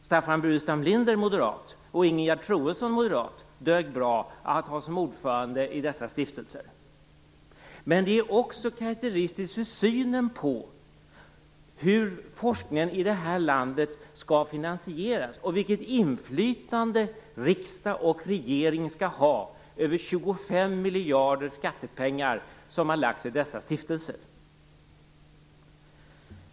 Staffan Burenstam Linder är moderat och Ingegerd Troedsson är moderat. De dög bra att ha som ordförande i stiftelserna. Det vittnar också om synen på hur forskningen i det här landet skall finansieras och vilket inflytande riksdag och regering skall ha över 25 miljarder kronor i skattepengar som har lagts i dessa stiftelser.